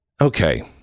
Okay